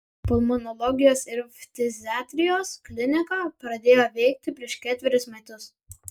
pulmonologijos ir ftiziatrijos klinika pradėjo veikti prieš ketverius metus